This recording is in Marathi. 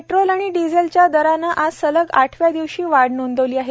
पेट्रोल आणि डिझेलच्या दरानं आज सलग आठव्या दिवशी वाढ नोंदवली आहे